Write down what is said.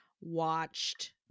watched